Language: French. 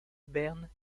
berne